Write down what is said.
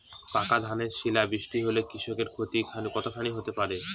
পাকা ধানে শিলা বৃষ্টি হলে কৃষকের ক্ষতি কতখানি হতে পারে?